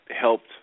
helped